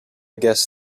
guess